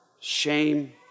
shame